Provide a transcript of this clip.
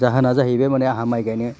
जाहोना जाहैबाय मानि आंहा माइ गायनो